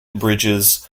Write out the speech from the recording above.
bridges